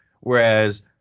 whereas –